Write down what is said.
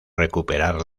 recuperar